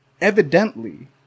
Evidently